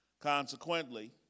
Consequently